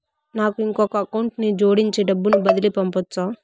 నాకు ఇంకొక అకౌంట్ ని జోడించి డబ్బును బదిలీ పంపొచ్చా?